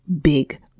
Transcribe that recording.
big